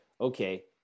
okay